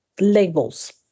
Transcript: labels